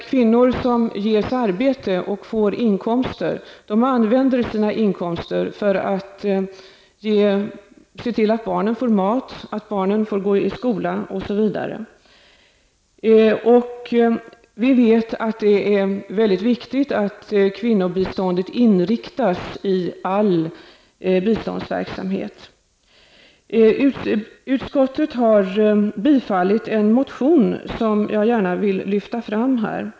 Kvinnor som ges arbete och får inkomster använder sina inkomster för att se till att barnen får mat, att de får gå i skola, osv. Vi vet att det är mycket viktigt att kvinnobiståndet inriktas i all biståndsverksamhet. Utskottet har tillstyrkt en motion som jag gärna vill lyfta fram.